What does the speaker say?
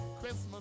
Christmas